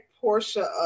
Portia